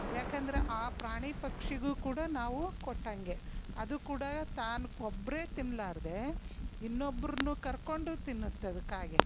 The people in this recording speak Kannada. ಯಾಕಂದ್ರೆ ಆ ಪ್ರಾಣಿ ಪಕ್ಷಿಗೂ ಕೂಡ ನಾವು ಕೊಟ್ಟಂಗೆ ಅದೂ ಕೂಡ ತಾನು ಒಬ್ಬರೇ ತಿನ್ನಲಾರ್ದೇ ಇನ್ನೊಬ್ರನ್ನೂ ಕರ್ಕೊಂಡು ತಿನ್ನತ್ತೆ ಅದು ಕಾಗೆ